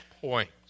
points